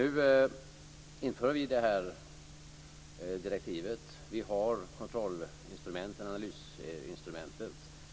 Nu inför vi alltså det här direktivet. Vi har kontroll och analysinstrumenten.